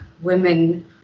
women